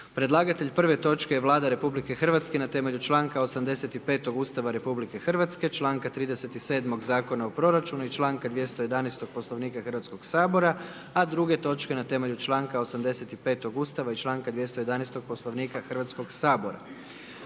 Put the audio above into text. Predlagatelj prve točke je Vlada Republike Hrvatske, na temelju članka 85., Ustava Republike Hrvatske, članka 37., Zakona o proračunu i članka 211., Poslovnika Hrvatskog sabora, a druge točke na temelju 85., Ustava i članka 211., Poslovnika Hrvatskog Sabora.